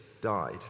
died